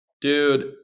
dude